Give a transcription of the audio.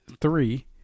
three